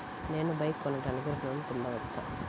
నేను బైక్ కొనటానికి ఋణం పొందవచ్చా?